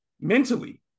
mentally